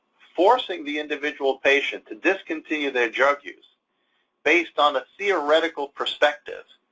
forcing the individual patient to discontinue their drug use based on a theoretical perspective,